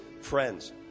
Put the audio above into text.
friends